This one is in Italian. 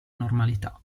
normalità